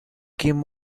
kim